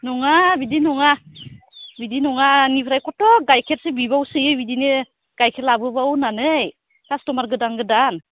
नङा बिदि नङा बिदि नङा आंनिफ्राय खथ' गायखेरसो बिबावसोयो बिदिनो गायखेर लाबोबाव होननानै कास्टमार गोदान गोदान